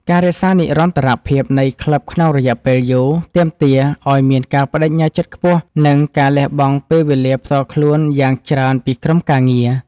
ការរក្សានិរន្តរភាពនៃក្លឹបក្នុងរយៈពេលយូរ ទាមទារឱ្យមានការប្ដេជ្ញាចិត្តខ្ពស់ និងការលះបង់ពេលវេលាផ្ទាល់ខ្លួនយ៉ាងច្រើនពីក្រុមការងារ។